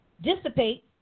dissipate